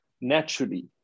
naturally